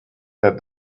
that